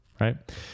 right